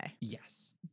Yes